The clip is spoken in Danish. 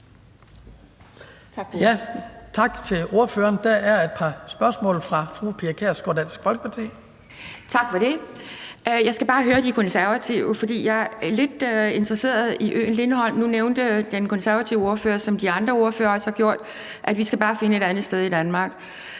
Tak til ordføreren. Der er et par spørgsmål fra fru Pia Kjærsgaard, Dansk Folkeparti. Kl. 12:14 Pia Kjærsgaard (DF): Tak for det. Jeg skal bare høre De Konservative om noget, for jeg er lidt interesseret i øen Lindholm. Nu nævnte den konservative ordfører, som de andre ordførere også har gjort, at vi bare skal finde et andet sted i Danmark.